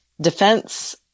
defense